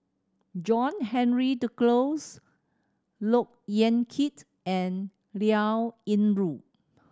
John Henry Duclos Look Yan Kit and Liao Yingru